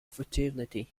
fraternity